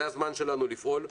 זה הזמן שלנו לפעול.